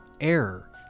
error